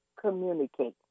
communicate